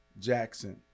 Jackson